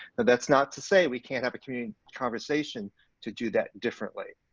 that's not to say we can't have a community conversation to do that differently,